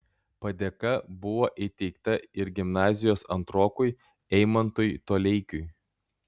padėka buvo įteikta ir gimnazijos antrokui eimantui toleikiui